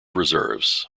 reserves